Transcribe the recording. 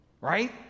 Right